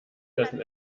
dessen